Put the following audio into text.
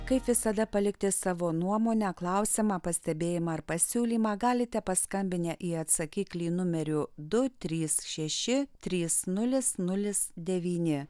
kaip visada palikti savo nuomonę klausiamą pastebėjimą ar pasiūlymą galite paskambinę į atsakiklį numeriu du trys šeši trys nulis nulis devyni